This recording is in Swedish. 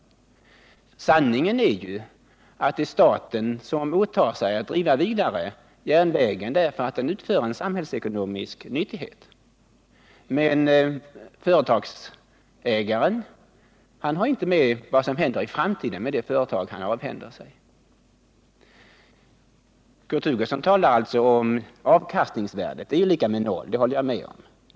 Sanningen är ju att staten åtar sig att driva järnvägen vidare, därför att järnvägen utför en samhällsekonomisk nyttighet. Men företagsägaren har inte att göra med vad som inträffar i framtiden med det företag som han avhänder sig. Kurt Hugosson talar alltså om avkastningsvärdet. Det är lika med noll, det håller jag med om.